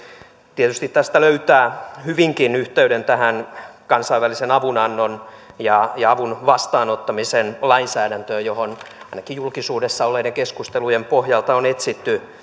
tietysti tästä löytää hyvinkin yhteyden tähän kansainvälisen avunannon ja ja avun vastaanottamisen lainsäädäntöön johon ainakin julkisuudessa olleiden keskustelujen pohjalta on etsitty